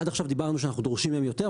עד עכשיו דיברנו שאנחנו דורשים מהם יותר,